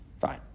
Fine